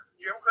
Jim